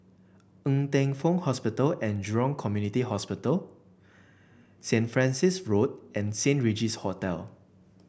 Ng Teng Fong Hospital and Jurong Community Hospital Saint Francis Road and Saint Regis Hotel